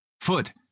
Foot